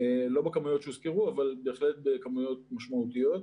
לא בכמויות שהוזכרו אבל בהחלט בכמויות משמעותיות.